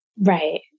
Right